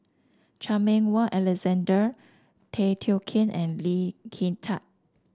Chan Meng Wah Alexander Tay Teow Kiat and Lee Kin Tat